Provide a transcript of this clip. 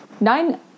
Nine